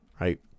right